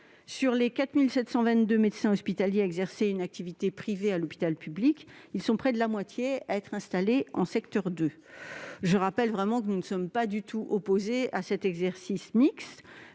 sur les 4 722 médecins hospitaliers autorisés à exercer une activité privée à l'hôpital public, près de la moitié sont installés en secteur 2. Je rappelle que nous ne sommes pas du tout opposés à cet exercice mixte,